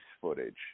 footage